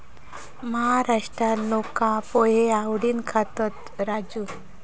महाराष्ट्रात लोका पोहे आवडीन खातत, राजू